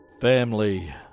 Family